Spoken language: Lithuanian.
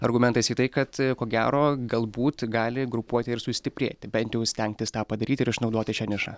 argumentas į tai kad ko gero galbūt gali grupuotė ir sustiprėti bent jau stengtis tą padaryti ir išnaudoti šią nišą